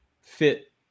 fit